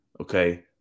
Okay